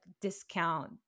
discount